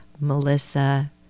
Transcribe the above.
Melissa